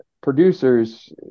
producers